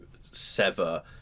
sever